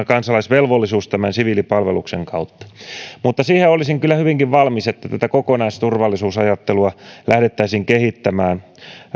kansalaisvelvollisuus siviilipalveluksen kautta mutta siihen olisin kyllä hyvinkin valmis että tätä kokonaisturvallisuusajattelua lähdettäisiin kehittämään